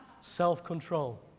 Self-control